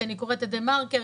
כי אני קוראת את דה מרקר,